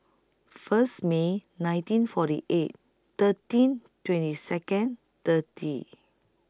First May nineteen forty eight thirteen twenty Second thirty